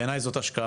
בעיני זו השקעה,